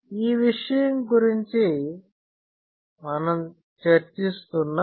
ఈ విషయం గురించి మనం చర్చిస్తున్నాం